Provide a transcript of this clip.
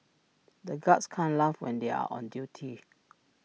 the guards can't laugh when they are on duty